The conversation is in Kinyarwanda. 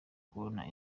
kubona